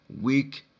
week